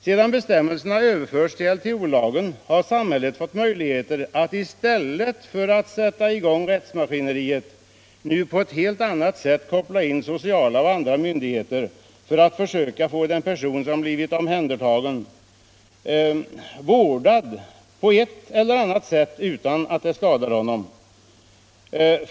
Sedan bestämmelserna överförts till LTO har samhället fått möjligheter att, i stället för att sätta i gång rättsmaskineriet, på ett helt annat sätt koppla in sociala och andra myndigheter för att försöka få den person som blivit omhändertagen vårdad på ett eller annat sätt utan att det skadar honom.